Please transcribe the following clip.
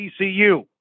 TCU